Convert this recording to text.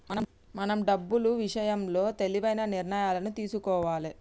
మనం డబ్బులు ఇషయంలో తెలివైన నిర్ణయాలను తీసుకోవాలే